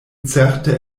certe